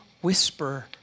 whisper